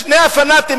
שני הפנאטים,